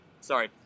sorry